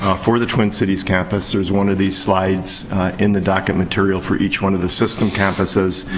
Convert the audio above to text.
for the twin cities campus. there's one of these slides in the docket material for each one of the system campuses.